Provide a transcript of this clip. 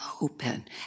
open